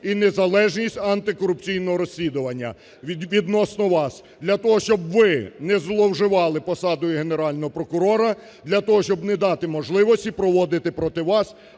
і незалежність антикорупційного розслідування відносно вас, для того щоб ви не зловживали посадою Генерального прокурора, для того щоб не дати можливості проводити проти вас